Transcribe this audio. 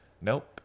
Nope